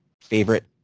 favorite